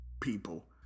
people